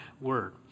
word